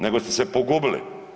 Nego ste se pogubili.